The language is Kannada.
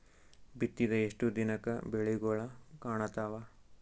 ಬಿತ್ತಿದ ಎಷ್ಟು ದಿನಕ ಬೆಳಿಗೋಳ ಕಾಣತಾವ?